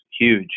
huge